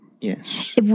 Yes